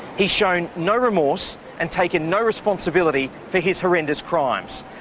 he's shown no remorse and taken no responsibility for his horrendous crimes.